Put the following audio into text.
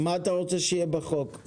מה אתה רוצה שיהיה בחוק?